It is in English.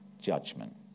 judgment